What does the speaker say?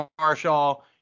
Marshall